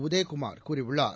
உதயகுமார் கூறியுள்ளார்